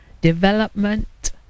development